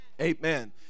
Amen